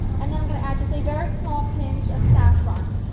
and then i'm going to add just a very small pinch of saffron.